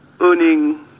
earning